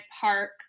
Park